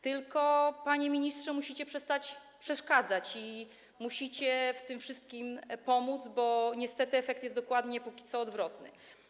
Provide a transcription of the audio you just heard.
Tylko, panie ministrze, musicie przestać przeszkadzać i musicie w tym wszystkim pomóc, bo niestety póki co efekt jest dokładnie odwrotny.